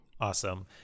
Awesome